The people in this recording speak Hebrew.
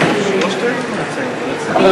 חבר הכנסת זאב,